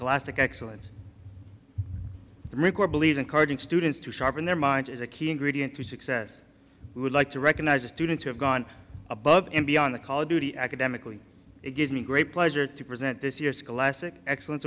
classic excellence the marine corps believe encouraging students to sharpen their mind is a key ingredient to success i would like to recognize the students who have gone above and beyond the call of duty academically it gives me great pleasure to present this year's scholastic excellence